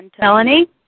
Melanie